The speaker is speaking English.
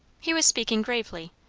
he was speaking gravely,